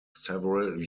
several